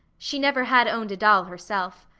she never had owned a doll herself.